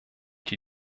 die